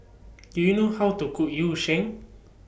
Do YOU know How to Cook Yu Sheng